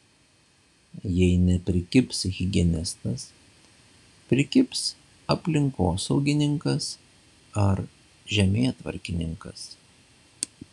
jei neprikibs higienistas prikibs aplinkosaugininkas ar žemėtvarkininkas